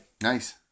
Nice